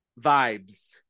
vibes